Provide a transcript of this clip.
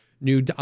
new